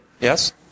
yes